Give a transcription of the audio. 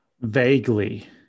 Vaguely